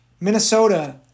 Minnesota